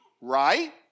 right